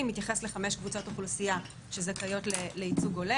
מתייחס לחמש קבוצות אוכלוסייה שזכאיות לייצוג הולם.